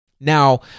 Now